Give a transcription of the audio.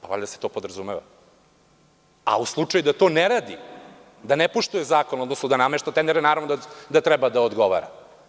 Valjda se to podrazumeva, a u slučaju da to ne radi, da ne poštuje zakon, da namešta tendere, naravno da treba da odgovara.